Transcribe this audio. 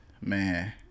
man